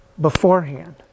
beforehand